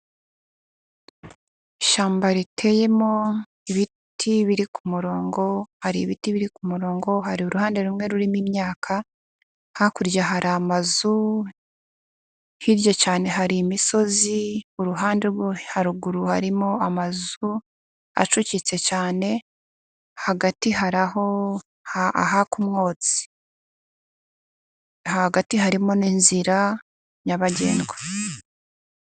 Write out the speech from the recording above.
Ishyamba riteyemo ibiti biri ku murongo, hari ibiti biri ku murongo, hari uruhande rumwe rurimo imyaka, hakurya hari amazu, hirya cyane hari imisozi, uruhande rwo haruguru harimo amazu acucitse cyane, hagati hai aho haka umwotsi, hagati harimo n'inzira nyabagendwa.